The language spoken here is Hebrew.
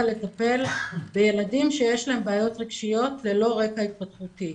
לטפל בילדים שיש להם בעיות רגשיות ללא רקע התפתחותי.